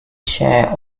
share